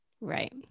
Right